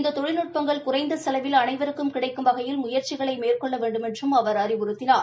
இந்த தொழில்நட்பங்கள் குறைந்த செலவில் அனைவருக்கும் கிடைக்கும் வகையில் முயற்சிகளை மேற்கொள்ள வேண்டுமென்றும் அவர் அறிவுறுத்தினார்